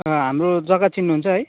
हाम्रो जग्गा चिन्नुहुन्छ है